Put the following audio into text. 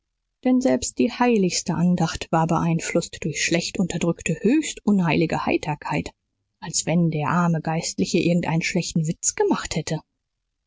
denn selbst die heiligste andacht war beeinflußt durch schlecht unterdrückte höchst unheilige heiterkeit als wenn der arme geistliche irgend einen schlechten witz gemacht hätte